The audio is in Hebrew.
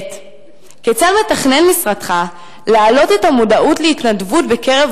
2. כיצד מתכנן משרדך להעלות את המודעות להתנדבות בקרב